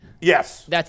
Yes